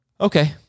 Okay